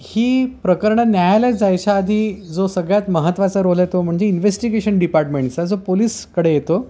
ही प्रकरणं न्यायालयात जायच्या आधी जो सगळ्यात महत्त्वाचा रोल आहे तो म्हणजे इन्व्हेस्टिगेशन डिपार्टमेंटचा जो पोलीसकडे येतो